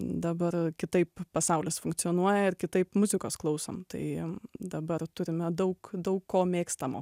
dabar kitaip pasaulis funkcionuoja ir kitaip muzikos klausom tai dabar turime daug daug ko mėgstamo